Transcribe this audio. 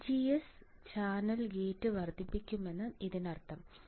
അതിനാൽ VGS channel gate വർദ്ധിപ്പിക്കുമെന്നാണ് ഇതിനർത്ഥം